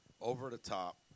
over-the-top